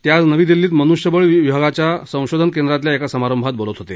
ते आज नवी दिल्लीत मनुष्यबळ विभागाच्या संशोधन केंद्रातल्या एका समारंभात बोलत होते